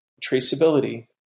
traceability